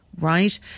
right